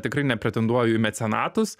tikrai nepretenduoju į mecenatus